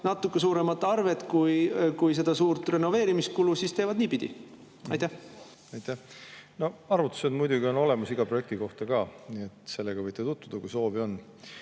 natuke suuremat arvet kui seda suurt renoveerimiskulu, siis teevad niipidi. Aitäh! No arvutused muidugi on olemas iga projekti kohta, nii et nendega võite tutvuda, kui soovi on.